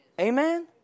Amen